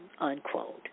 unquote